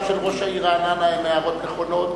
של ראש העיר רעננה הן הערות נכונות.